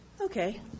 Okay